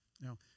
Now